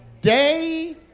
day